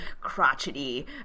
crotchety